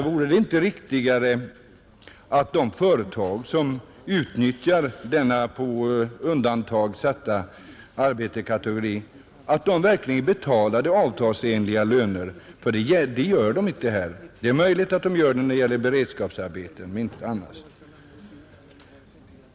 Vore det inte riktigare att de företag som utnyttjar denna på undantag satta arbetarkategori verkligen betalade avtalsenliga löner? Det gör de inte här. Det är möjligt att de gör det när det gäller beredskapsarbeten, men inte annars.